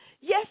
Yes